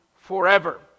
forever